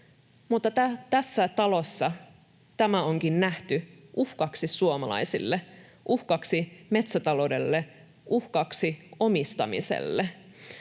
Mutta tässä talossa tämä onkin nähty uhkaksi suomalaisille, uhkaksi metsätaloudelle, uhkaksi omistamiselle.